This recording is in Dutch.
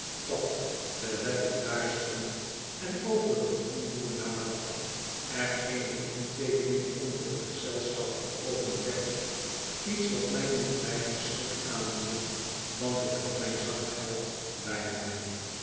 dat terwijl ik daar stond en over den groenboer nadacht er eene inteekening onder het gezelschap geopend werd iets wat mij niet weinig schrik aanjoeg want ik had mijn zakgeld bij mij